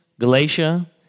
Galatia